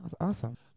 awesome